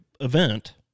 event